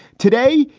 today,